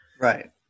Right